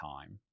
time